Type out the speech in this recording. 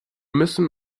müssen